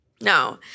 No